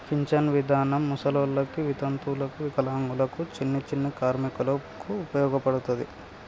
pension విధానం ముసలోళ్ళకి వితంతువులకు వికలాంగులకు చిన్ని చిన్ని కార్మికులకు ఉపయోగపడతది